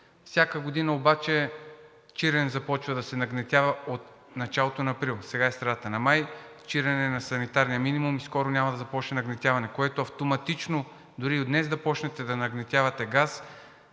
Всяка година обаче Чирен започва да се нагнетява от началото на април, сега е средата на май, Чирен е на санитарния минимум и скоро няма да започне нагнетяване, което автоматично, дори и от днес да почнете да нагнетявате газ,